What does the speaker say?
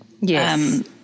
Yes